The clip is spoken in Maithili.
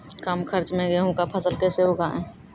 कम खर्च मे गेहूँ का फसल कैसे उगाएं?